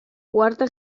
cuarta